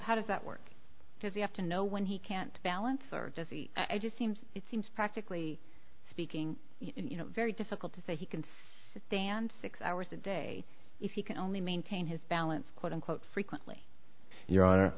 how does that work because you have to know when he can't balance or i just seems it seems practically speaking you know very difficult to say he can stand six hours a day if he can only maintain his balance quote unquote frequently your hon